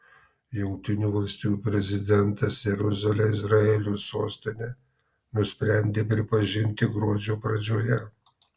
jungtinių valstijų prezidentas jeruzalę izraelio sostine nusprendė pripažinti gruodžio pradžioje